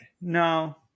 No